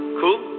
cool